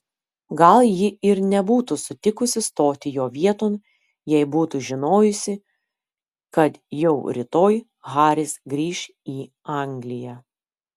gal ji ir nebūtų sutikusi stoti jo vieton jei būtų žinojusi kad jau rytoj haris grįš į angliją